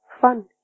fun